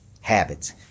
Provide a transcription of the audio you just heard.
habits